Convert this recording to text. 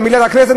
במליאת הכנסת,